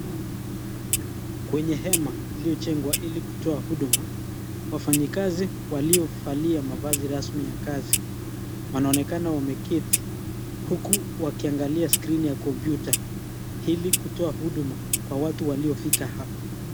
Kwenye hema iliyojengwa ili kutoa huduma, wafanyikazi waliovalia mavazi rasmi ya kazi, wanaonekana wameketi huku wakiangalia skrini ya kompyuta ili kutoa huduma kwa watu waliofika hapa.